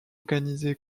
organisées